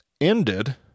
ended